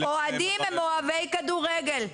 אוהדים הם אוהבי כדורגל.